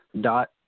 Dot